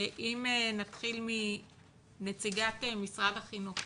אם נתחיל מנציגת משרד החינוך,